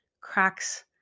cracks